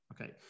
Okay